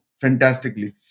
fantastically